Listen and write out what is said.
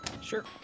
Sure